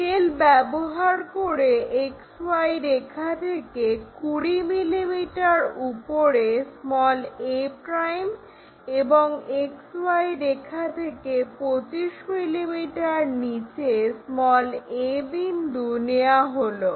scale ব্যবহার করে XY রেখা থেকে 20 mm উপরে a' এবং XY রেখা থেকে 25 mm নিচে a বিন্দু নেওয়া হলো